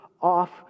off